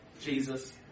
Jesus